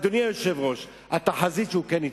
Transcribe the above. אדוני היושב-ראש, התחזית היא שהוא כן יתייצב.